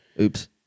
Oops